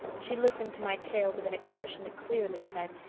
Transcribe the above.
she listened to my tale with an expression that clearly said,